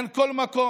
אין כל מקום